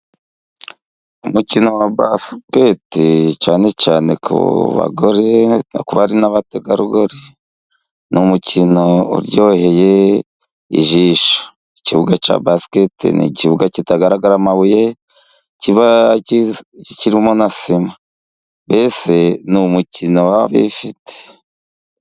Umukino wa basikete cyane cyane ku bagore, ku bari n'abategarugori, n'umukino uryoheye ijisho ikibuga cya basiketi n'ikibuga kitagaragara amabuye kiba kirimo na sima mbese ni umukino wa bifite.